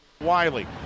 Wiley